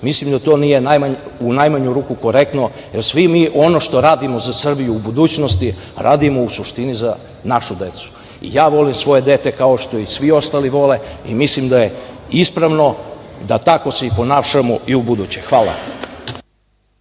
mislim da to nije u najmanju ruku korektno, jer svi mi ono što radimo sa Srbiju u budućnosti, radimo u suštini za našu decu. Ja volim svoje dete kao što i svi ostali vole i mislim da je ispravno da tako se i ponašamo i u buduće. Hvala.